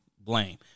blame